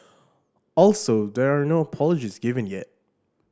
also there are no apologies given yet